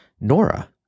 Nora